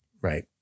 Right